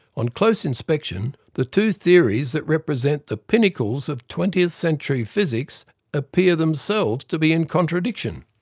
on close inspection, the two theories that represent the pinnacles of twentieth century physics appear themselves to be in contradiction.